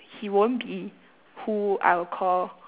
he won't be who I will call